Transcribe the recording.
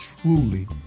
truly